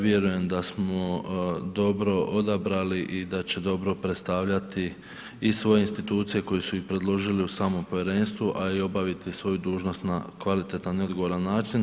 Vjerujem da smo dobro odabrali i da će dobro predstavljati i svoje institucije koje su i predložili u samo povjerenstvo, a i obaviti svoju dužnost na kvalitetan i odgovoran način.